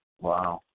Wow